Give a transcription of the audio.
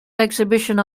exhibition